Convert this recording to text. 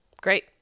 Great